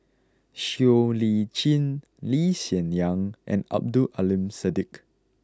Siow Lee Chin Lee Hsien Yang and Abdul Aleem Siddique